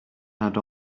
had